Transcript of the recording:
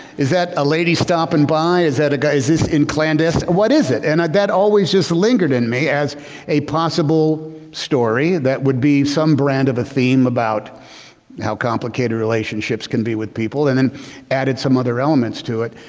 is that a lady stopping by? is that a guy is this in clandestine? what is it? and that always just lingered in me as a possible story. that would be some brand of a theme about how complicated relationships can be with people and then added some other elements to it.